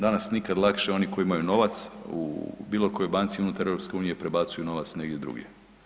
Danas nikad lakše oni koji imaju novac u bilo kojoj banci unutar EU prebacuju novac negdje drugdje.